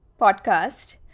podcast